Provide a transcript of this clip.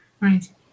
right